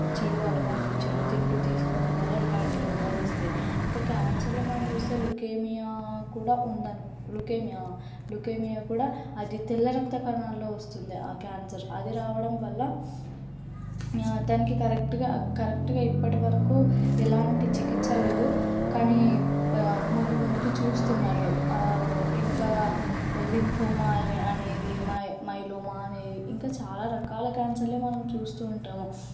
చెడు అలవాట్లు చెడు తిండ్లు తీసుకోవడం వల్ల ఇలాంటి రోగాలు వస్తాయి ఇంకా క్యాన్సర్లో మనం చూస్తే లుకేమియా కూడా ఉందనుకు లుకేమియా లుకేమియా కూడా అది తెల్ల రక్త కణాల్లో వస్తుంది ఆ క్యాన్సర్ అది రావడం వల్ల దానికి కరెక్ట్గా కరెక్ట్గా ఇప్పటివరకు ఎలాంటి చికిత్స లేదు కానీ ముందు ముందుకి చూస్తున్నారు ఇంకా లింఫోమా అలే అనేది మై మైలోమా అనేది ఇంకా చాలా రకాల క్యాన్సర్లే మనం చూస్తూ ఉంటాము